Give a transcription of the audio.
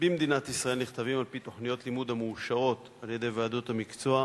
במדינת ישראל נכתבים על-פי תוכניות לימוד המאושרות על-ידי ועדות המקצוע,